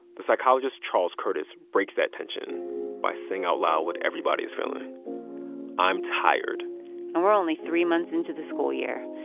the psychologist, charles curtis, breaks that tension by saying out loud what everybody is feeling i'm tired and we're only three months into the school year.